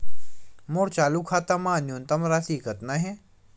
मोर चालू खाता मा न्यूनतम राशि कतना हे?